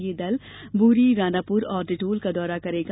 यह दल बोरी रानापुर और टीटोल का दौरा करेगा